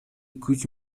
күч